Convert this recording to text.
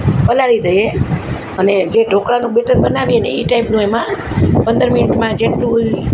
પલાળી દઈએ અને જે ઢોકળાનું બેટર બનાવીએ ને એ ટાઈપનું એમાં પંદર મિનિટમાં જેટલું